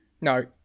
no